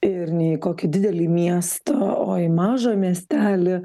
ir ne į kokį didelį miestą o į mažą miestelį